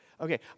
Okay